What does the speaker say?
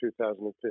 2015